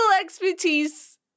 expertise